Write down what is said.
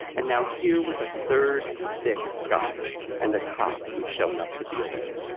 and now here was a third sick skunk and a cop who'd shown up to deal with it.